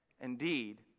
indeed